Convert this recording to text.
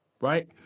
right